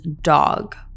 dog